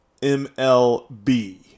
MLB